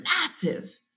massive